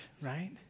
right